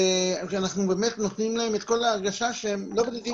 כשאנחנו באמת נותנים להם את כל ההרגשה שהם לא בודדים